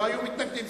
לא היו מתנגדים,